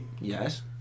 Yes